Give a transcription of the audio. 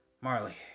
marley